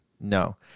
No